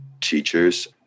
teachers